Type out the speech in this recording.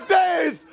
days